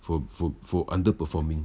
for for for under performing